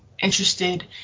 interested